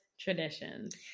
traditions